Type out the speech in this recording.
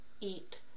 eat